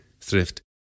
thrift